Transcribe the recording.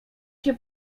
się